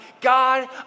God